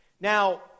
Now